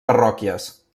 parròquies